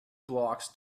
blocks